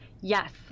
Yes